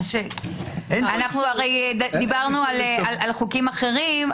הרי דיברנו על חוקים אחרים,